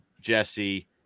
Jesse